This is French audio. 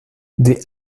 des